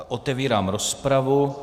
Otevírám rozpravu.